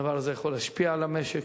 הדבר הזה יכול להשפיע על המשק,